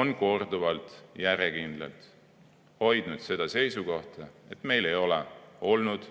on korduvalt, järjekindlalt hoidnud seda seisukohta, et meil ei ole olnud